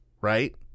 right